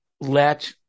let